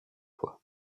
fois